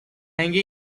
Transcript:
hanging